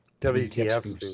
WTF